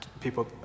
people